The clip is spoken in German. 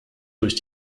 durch